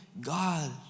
God